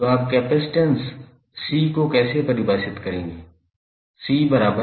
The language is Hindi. तो आप कैपेसिटेंस C को कैसे परिभाषित करेंगे